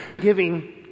giving